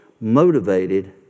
motivated